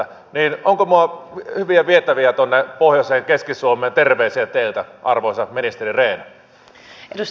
onko minulla hyviä vietäviä tuonne pohjoiseen keski suomeen terveisiä teiltä arvoisa ministeri rehn